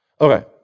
Okay